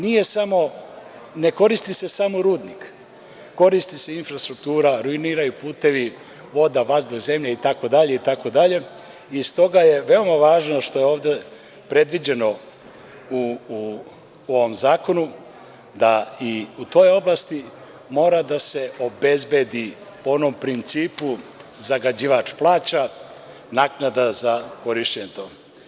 Ne koristi se samo rudnik, koristi se infrastruktura, ruiniraju putevi, voda, vazduh, zemlja, itd. i stoga je veoma važno što je ovde predviđeno u ovom zakonu da i u toj oblasti mora da se obezbedi po onom principu zagađivač plaća, naknada za korišćenje tog.